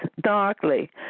darkly